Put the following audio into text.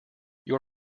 your